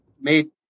made